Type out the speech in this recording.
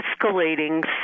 escalating